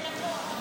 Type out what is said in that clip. זה נכון.